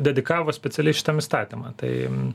dedikavo specialiai šitam įstatymą tai